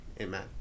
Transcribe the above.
amen